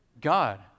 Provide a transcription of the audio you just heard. God